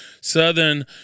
Southern